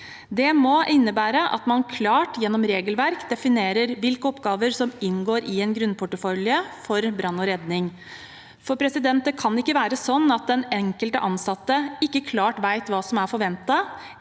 Det må innebære at man klart, gjennom regelverk, definerer hvilke oppgaver som inngår i en grunnportefølje for brann og redning. Det kan ikke være sånn at den enkelte ansatte ikke klart vet hva som er forventet,